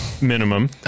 Minimum